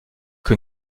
que